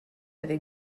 avec